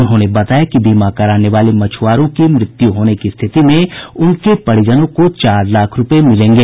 उन्होंने बताया कि बीमा कराने वाले मछुआरों की मृत्यु होने की स्थिति में उनके परिजनों को चार लाख रूपये मिलेंगे